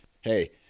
hey